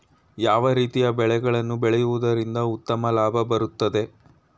ಯಾವ ರೀತಿಯ ಬೆಳೆಗಳನ್ನು ಬೆಳೆಯುವುದರಿಂದ ಉತ್ತಮ ಲಾಭ ಬರುತ್ತದೆ?